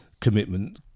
commitment